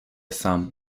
sam